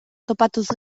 topatuz